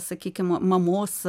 sakykim mamos